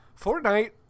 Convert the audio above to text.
Fortnite